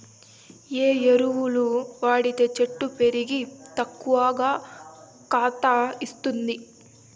ఏ ఎరువులు వాడితే చెట్టు పెరిగి ఎక్కువగా కాత ఇస్తుంది?